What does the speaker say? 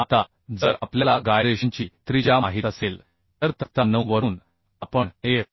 आता जर आपल्याला गायरेशनची त्रिज्या माहित असेल तर तक्ता 9 वरून आपण एफ